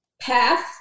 path